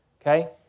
Okay